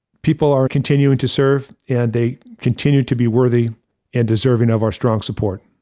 people are continuing to serve, and they continue to be worthy and deserving of our strong support.